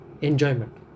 enjoyment